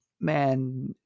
Man